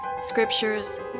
scriptures